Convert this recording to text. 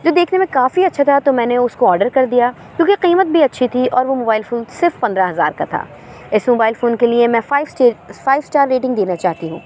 جو دیکھنے میں کافی اچھا تھا تو میں نے اس کو آڈر کر دیا کیوں کہ قیمت بھی اچھی تھی اور وہ موبائل فون صرف پندرہ ہزار کا تھا اس موبائل فون کے لیے میں five star five star rating دینا چاہتی ہوں